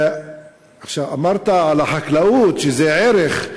אמרת על החקלאות, שהיא ערך.